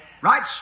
Right